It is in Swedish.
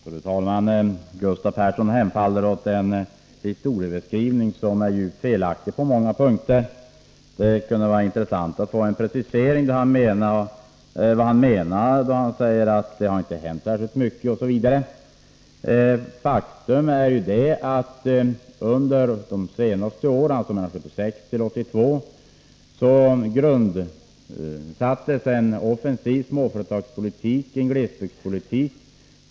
Fru talman! Gustav Persson hemfaller åt en historieskrivning som är avgjort felaktig på många punkter. Det kunde vara intressant att få en precisering av vad han menar, då han säger att det inte har hänt särskilt mycket under de borgerliga regeringarna. Faktum är att under åren 1976-1982 grundlades en offensiv småföretagspolitik, inriktad på glesbygden.